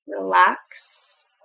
relax